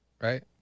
Right